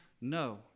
No